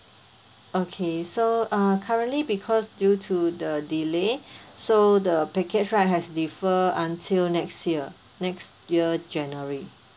okay so uh currently because due to the delay so the package right has defer until next year next year january